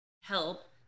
help